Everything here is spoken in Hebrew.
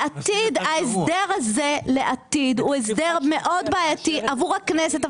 ההסדר הזה לעתיד הוא הסדר מאוד בעייתי עבור הכנסת,